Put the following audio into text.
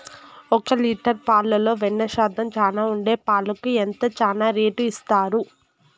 ఒక లీటర్ పాలలో వెన్న శాతం చానా ఉండే పాలకు ఎంత చానా రేటు ఇస్తారు?